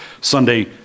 Sunday